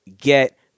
get